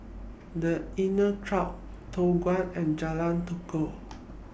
The Inncrowd Toh Avenue and Jalan Tekukor